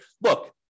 look